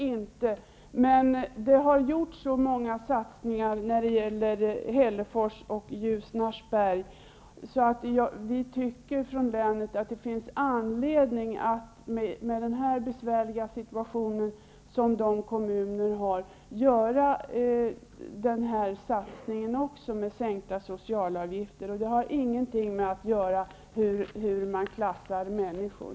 Herr talman! Naturligtvis inte. Men det har gjorts så många satsningar när det gäller Hällefors och Ljusnarsberg att vi från länet anser att det i nuvarande besvärliga situation för dessa kommuner finns anledning att göra även denna satsning med sänkta socialavgifter. Och det har ingenting att göra med hur man klassar människor.